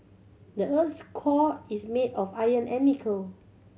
the earth core is made of iron and nickel